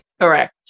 Correct